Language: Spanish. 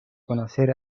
conocer